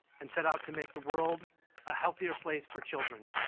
and set out to make the world a healthier place for children.